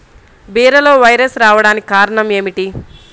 బీరలో వైరస్ రావడానికి కారణం ఏమిటి?